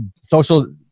social